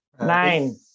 Nine